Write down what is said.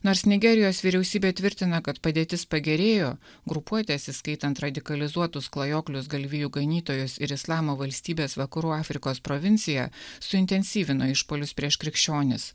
nors nigerijos vyriausybė tvirtina kad padėtis pagerėjo grupuotės įskaitant radikalizuotus klajoklius galvijų ganytojus ir islamo valstybės vakarų afrikos provincija suintensyvino išpuolius prieš krikščionis